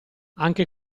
anche